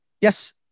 Yes